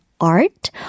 art